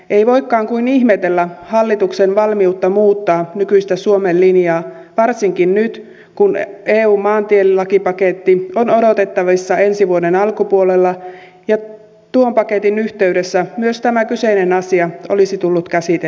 ei voikaan kuin ihmetellä hallituksen valmiutta muuttaa nykyistä suomen linjaa varsinkin nyt kun eun maantielakipaketti on odotettavissa ensi vuoden alkupuolella ja tuon paketin yhteydessä myös tämä kyseinen asia olisi tullut käsitellyksi